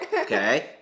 Okay